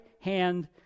hand